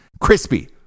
crispy